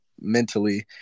mentally